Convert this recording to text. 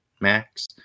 max